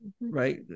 right